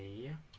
you